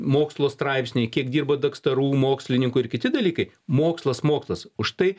mokslo straipsniai kiek dirba daktarų mokslininkų ir kiti dalykai mokslas mokslas už tai